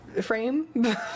frame